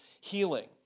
healing